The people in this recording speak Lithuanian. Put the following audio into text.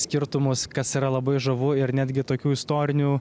skirtumus kas yra labai žavu ir netgi tokių istorinių